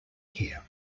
here